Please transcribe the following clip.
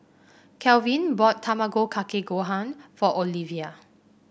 Calvin bought Tamago Kake Gohan for Olevia